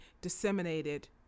disseminated